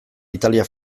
italia